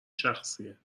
شخصیه